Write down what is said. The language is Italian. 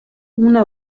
una